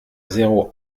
zéro